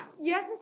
Yes